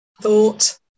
thought